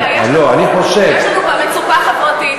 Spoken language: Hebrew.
יש לנו פה מצוקה חברתית,